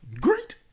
Great